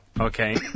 okay